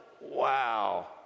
Wow